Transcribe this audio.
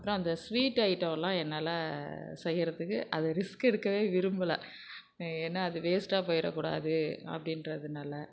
அப்புறம் அந்த ஸ்வீட் ஐட்டம்லாம் என்னால் செய்கிறதுக்கு அது ரிஸ்க் எடுக்கவே விரும்பலை ஏன்னா அது வேஸ்ட்டாக போயிட கூடாது அப்படின்றதுனால